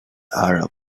arab